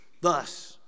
Thus